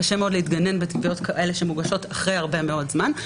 קשה מאוד להתגונן בתביעות כאלה שמוגשות אחרי הרבה מאוד זמן,